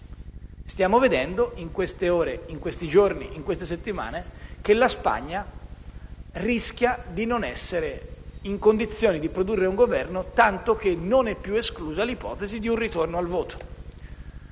Stiamo vedendo in queste settimane che la Spagna rischia di non essere in condizioni di produrre un Governo, tanto che non è più esclusa l'ipotesi di un ritorno al voto.